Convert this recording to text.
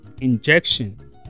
injection